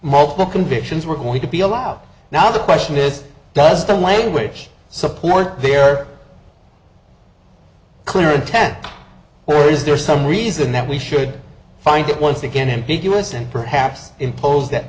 multiple convictions were going to be allowed now the question is does the language support their clear intent or is there some reason that we should find it once again ambiguous and perhaps impose that